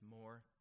more